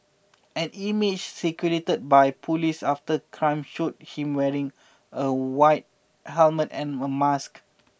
an image circulated by police after crime showed him wearing a white helmet and a mask